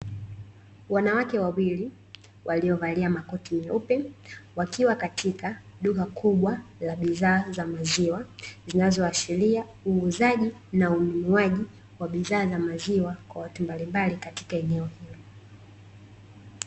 Wanawake wawili waliovalia makoti meupe wakiwa katika duka kubwa la bidhaa za maziwa, zinazoashiria uuzaji na ununuaji wa bidhaa za maziwa kwa watu mbalimbali katika eneo hili.